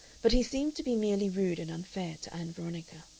but he seemed to be merely rude and unfair to ann veronica.